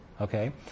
Okay